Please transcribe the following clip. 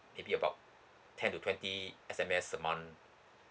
maybe about ten to twenty S_M_S a month